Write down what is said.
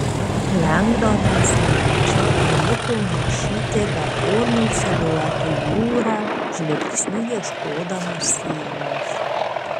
lengdonas nejučia įniko naršyti beformių siluetų jūrą žvilgsniu ieškodamas sienos